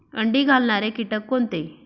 अंडी घालणारे किटक कोणते?